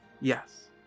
Yes